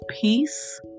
peace